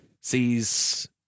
sees